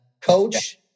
coach